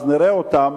אז נראה אותם,